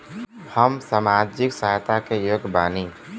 हम सामाजिक सहायता के योग्य बानी?